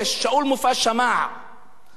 שאול מופז שמע באוזניו,